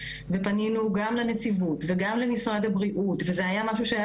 ופנינו גם לנציבות וגם למשרד הבריאות וזה היה משהו שהיה